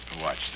Watch